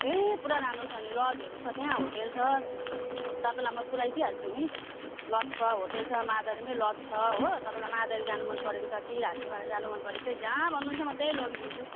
ए पुरा राम्रो छ नि लजहरू छ त्यहाँ होटल छ तपाईँलाई म पुऱ्याइदिई हाल्छु नि लज छ होटल छ मादरीमै लज छ हो तपाईँलाई मादरी जान मनपरेको छ कि हाँसिमारा जानु मनपरेको छ जहाँ भन्नुहुन्छ म त्यहीँ लगिदिन्छु